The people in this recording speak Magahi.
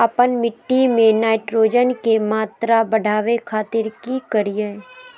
आपन मिट्टी में नाइट्रोजन के मात्रा बढ़ावे खातिर की करिय?